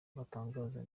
batangaza